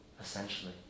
essentially